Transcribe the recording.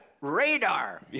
Radar